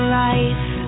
life